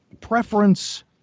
preference